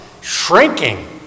shrinking